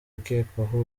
ukekwaho